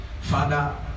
Father